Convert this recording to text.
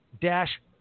dash